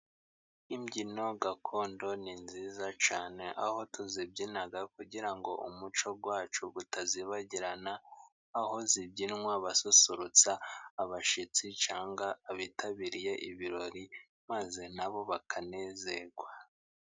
Imbyino gakondo ni nziza cyane, aho tuzibyina kugira ngo umuco wacu utazibagirana, aho zibyinwa basusurutsa abashyitsi cyangwa abitabiriye ibirori maze na bo bakanezerwa.